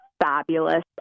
fabulous